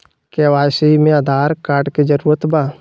KYC में Aadhaar card के जरूरत बा?